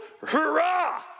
hurrah